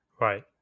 Right